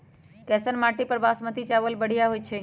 कैसन माटी पर बासमती चावल बढ़िया होई छई?